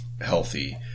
healthy